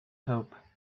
hope